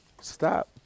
stop